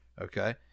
okay